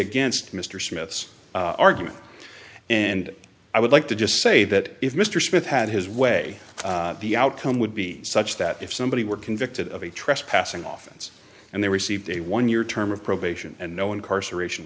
against mr smith's argument and i would like to just say that if mr smith had his way the outcome would be such that if somebody were convicted of a trespassing oftens and they received a one year term of probation and no incarceration